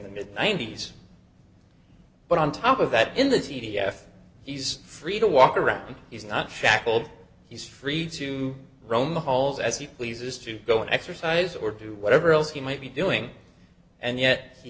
the mid ninety's but on top of that in the c d f he's free to walk around he's not shackled he's free to roam the halls as he pleases to go and exercise or do whatever else he might be doing and yet he